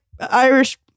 Irish